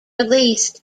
released